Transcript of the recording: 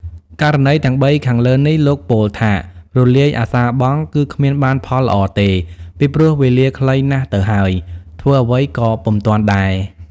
ករណីទាំងបីខាងលើនេះ លោកពោលថា រលាយអសារបង់ គឺគ្មានបានផលល្អទេ ពីព្រោះវេលាខ្លីណាស់ទៅហើយ ធ្វើអ្វីក៏ពុំទាន់ដែរ ។